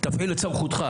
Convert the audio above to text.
נצל את סמכותך.